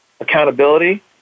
accountability